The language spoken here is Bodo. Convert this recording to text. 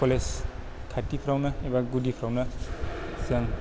कलेज खाथिफ्रावनो एबा गुदिफ्रावनो जों